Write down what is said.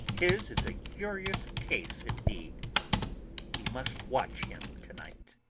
his is a curious case indeed we must watch him to-night.